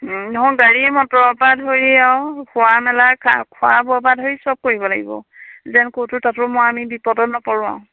নহয় গাড়ীয়ে মটৰৰ পৰা ধৰি আৰু খোৱা মেলা খোৱা বোৱা পৰা ধৰি চব কৰিব লাগিব যেন ক'তো তাতো মই আমি বিপদ নপৰোঁ আৰু